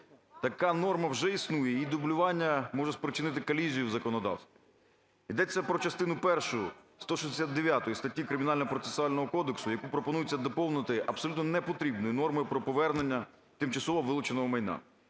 Така норма вже існує, її дублювання може спричинити колізію в законодавстві. Йдеться про частину першу 169 статті Кримінально-процесуального кодексу, яку пропонується доповнити абсолютно непотрібною нормою про повернення тимчасово вилученого майна.